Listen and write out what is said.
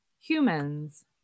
humans